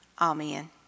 Amen